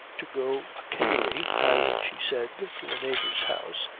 to go a kailley, as she said, to a neighbor's house,